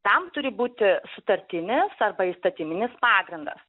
tam turi būti sutartinis arba įstatyminis pagrindas